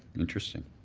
interesting.